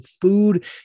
food